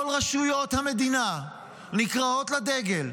כל רשויות המדינה נקראות לדגל: